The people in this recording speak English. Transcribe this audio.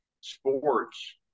sports